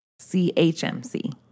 CHMC